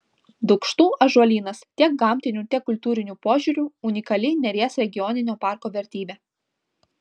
dūkštų ąžuolynas tiek gamtiniu tiek kultūriniu požiūriu unikali neries regioninio parko vertybė